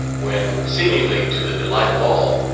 when, seemingly to the delight of all,